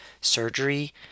surgery